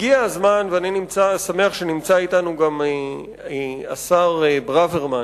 הגיע הזמן, ואני שמח שנמצא אתנו גם השר ברוורמן